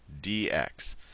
dx